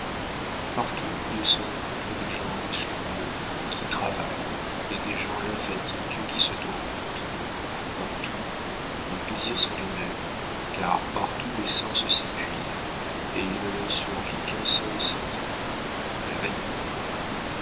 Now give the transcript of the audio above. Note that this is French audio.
partout il se rencontre des gens musculeux qui travaillent et des gens lymphatiques qui se tourmentent partout les plaisirs sont les mêmes car partout les sens s'épuisent et il ne leur survit qu'un seul sentiment la vanité